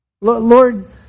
Lord